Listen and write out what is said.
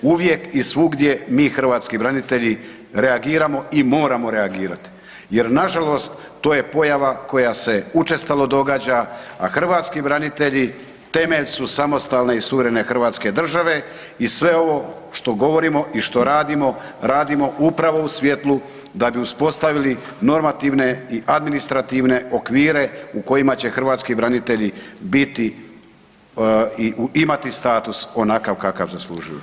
Uvijek i svugdje mi hrvatski branitelji reagiramo i moramo reagirati, jer nažalost, to je pojava koja se učestalo događa, a hrvatski branitelji temelj su samostalne i suverene Hrvatske države i sve ovo što govorimo i što radimo, radimo upravo u svjetlu da bi uspostavili normativne i administrativne okvire u kojima će hrvatski branitelji biti i imati status onakav kakav zaslužuju.